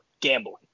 gambling